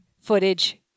footage